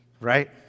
right